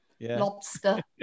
lobster